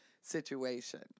situation